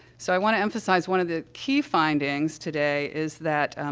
so, i want to emphasize, one of the key findings today is that, um,